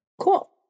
Cool